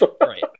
Right